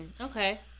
Okay